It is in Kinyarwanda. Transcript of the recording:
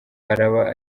araba